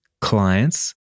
clients